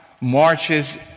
marches